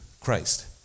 Christ